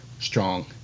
strong